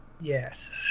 Yes